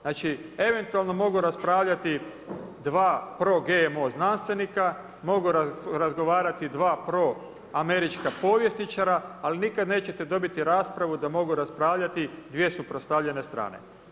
Znači, eventualno mogu raspravljati dva pro GMO znanstvenika, mogu razgovarati dva proamerička povjesničara, ali nikada nećete dobiti raspravu da mogu raspravljati dvije suprotstavljene strane.